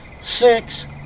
six